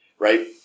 Right